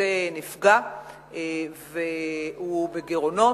יוצא נפגע והוא בגירעונות.